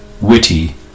witty